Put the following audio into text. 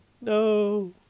No